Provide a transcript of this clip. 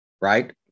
Right